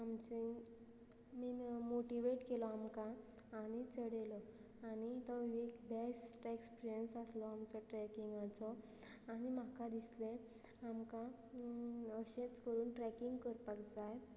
आमचें बीन मोटिवेट केलो आमकां आनी चडयलो आनी तो एक बेस्ट एक्सपिरियन्स आसलो आमचो ट्रॅकिंगाचो आनी म्हाका दिसलें आमकां अशेंच करून ट्रॅकिंग करपाक जाय